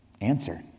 answer